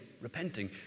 repenting